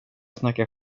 snacka